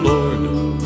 Lord